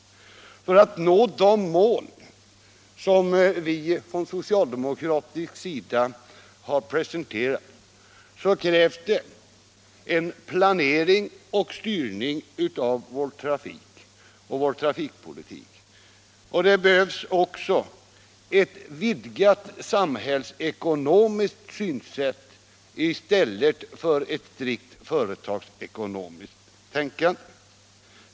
För att nå de mål som vi från socialdemokratiskt håll har ställt upp krävs en planering och en styrning av vår trafik och vår trafikpolitik, och det behövs också ett vidgat samhällsekonomiskt synsätt i stället för ett strikt företagseko nomiskt tänkande.